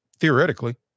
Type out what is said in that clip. Theoretically